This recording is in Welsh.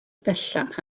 bellach